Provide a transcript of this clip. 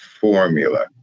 formula